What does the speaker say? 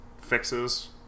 fixes